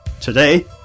today